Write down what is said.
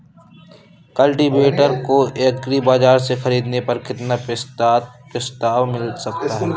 Cultivator को agri बाजार से ख़रीदने पर कितना प्रस्ताव मिल सकता है?